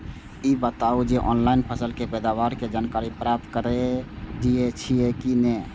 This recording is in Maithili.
ई बताउ जे ऑनलाइन फसल के पैदावार के जानकारी प्राप्त करेत छिए की नेय?